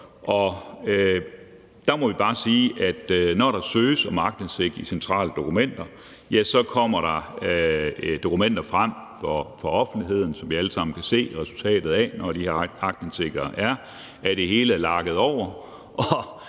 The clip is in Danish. når der søges om aktindsigt i centrale dokumenter, kommer der dokumenter frem til offentligheden, og vi kan alle sammen se resultatet af de her aktindsigter: Det hele er streget over,